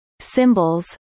symbols